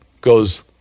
goes